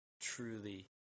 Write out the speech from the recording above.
truly